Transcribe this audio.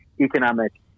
economic